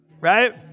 Right